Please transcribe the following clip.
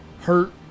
hurt